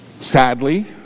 sadly